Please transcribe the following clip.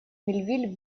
мельвиль